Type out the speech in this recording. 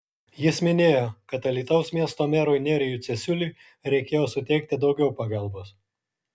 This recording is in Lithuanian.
jis minėjo kad alytaus miesto merui nerijui cesiuliui reikėjo suteikti daugiau pagalbos